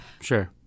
Sure